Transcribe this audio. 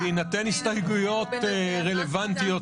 טוב, חברים, אנחנו ניגשים